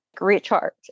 recharge